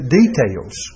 details